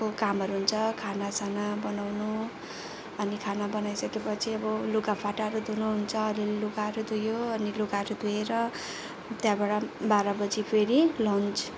कामहरू हुन्छ खानासाना बनाउनु अनि खाना बनाइसकेपछि अब लुगाफाटाहरू धुनु हुन्छ अलिअलि लुगाहरू धुयो अनि लुगाहरू धुएर त्यहाँबाट बाह्र बजी फेरि लन्च